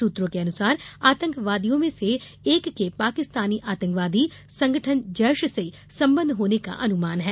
सूत्रों के अनुसार आतंकवादियों में से एक के पाकिस्तानी आतंकवादी संगठन जैश से संबंध होने का अनुमान है